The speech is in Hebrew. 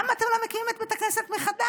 למה אתם לא מקימים את בית הכנסת מחדש?